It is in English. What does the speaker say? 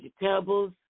vegetables